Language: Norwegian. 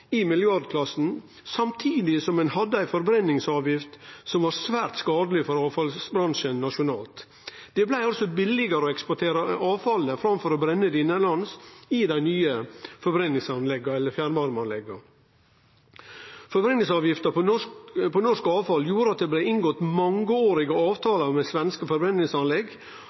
i milliardklassen samtidig som ein hadde ei forbrenningsavgift som var svært skadeleg for avfallsbransjen nasjonalt. Det blei altså billigare å eksportere avfallet framfor å brenne det innanlands i dei nye forbrenningsanlegga, eller fjernvarmeanlegga. Forbrenningsavgifta på norsk avfall gjorde at det blei inngått mangeårige